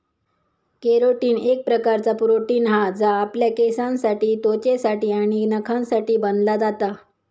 carotene एक प्रकारचा protein हा जा आपल्या केसांसाठी त्वचेसाठी आणि नखांसाठी बनला जाता